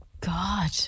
God